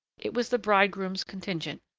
it was the bridegroom's contingent,